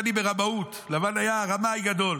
לבן היה רמאי גדול.